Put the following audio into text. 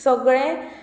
सगळे